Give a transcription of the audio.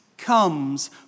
comes